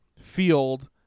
field